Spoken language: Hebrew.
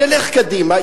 נלך קדימה,